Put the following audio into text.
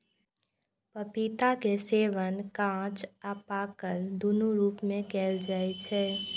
पपीता के सेवन कांच आ पाकल, दुनू रूप मे कैल जाइ छै